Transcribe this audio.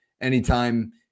anytime